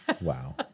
Wow